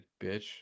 bitch